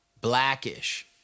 Blackish